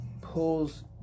pulls